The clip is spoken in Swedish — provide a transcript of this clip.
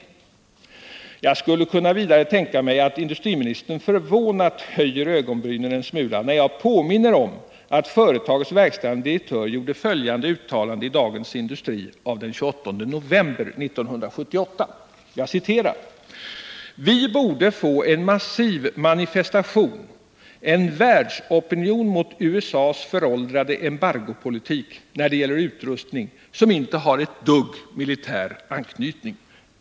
Jag kan tänka mig att industriministern förvånat höjer ögonbrynen en smula när jag påminner om att företagets verkställande direktör den 28 november 1978 gjorde följande uttalande i Dagens Nyheter: ”Vi borde få en massiv manifestation, en världsopinion mot USA:s föråldrade embargopolitik när det gäller utrustning som inte har ett dugg militär anknytning.